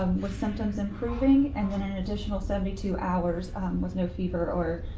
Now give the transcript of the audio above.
um with symptoms improving and then an additional seventy two hours with no fever or